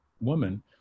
woman